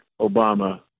Obama